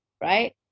right